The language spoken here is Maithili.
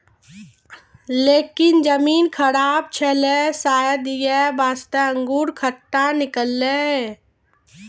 लेकिन जमीन खराब छेलै शायद यै वास्तॅ अंगूर खट्टा निकललै